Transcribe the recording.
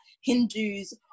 hindus